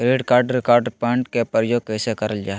Credit card reward point के प्रयोग कैसे करल जा है?